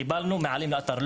קיבלנו חזרה והעלינו לאתר.